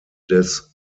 des